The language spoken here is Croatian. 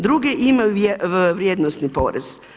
Druge imaju vrijednosni porez.